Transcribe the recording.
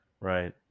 Right